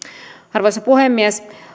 arvoisa puhemies